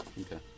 Okay